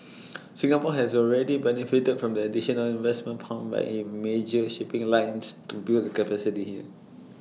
Singapore has already benefited from the additional investments pumped when in major shipping lines to build the capacity here